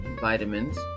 vitamins